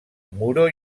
muro